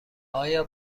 آیا